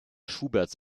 schuberts